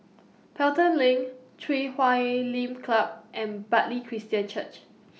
Pelton LINK Chui Huay Lim Club and Bartley Christian Church